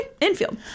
Infield